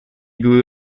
grew